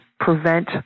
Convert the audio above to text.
prevent